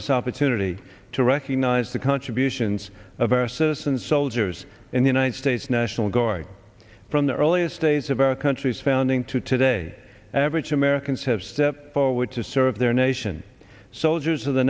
this opportunity to recognize the contributions of our citizen soldiers in the united states national guard from the earliest days of our country's founding to today average americans have stepped forward to serve their nation soldiers of the